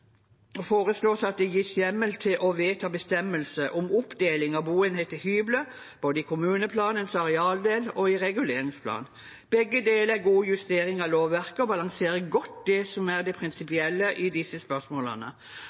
foreslås at det gis hjemmel til å vedta bestemmelse om oppdeling av boenhet til hybler både i kommuneplanens arealdel og i reguleringsplan. Begge deler er god justering av lovverket og balanserer godt det som er det prinsipielle i disse spørsmålene.